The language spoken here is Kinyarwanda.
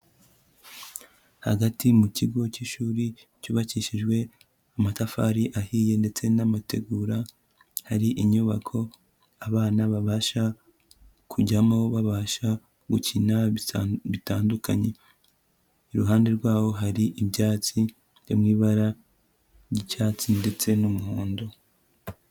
Hagati mu kigo k'ishuri cyubakishijwe amatafari ahiye ndetse n'amategura, hari inyubako abana babasha kujyamo, babasha gukina bitandukanye, iruhande rwabo hari ibyatsi byo mu ibara ry'icyatsi ndetse n'umuhondo.